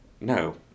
No